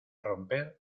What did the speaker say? romper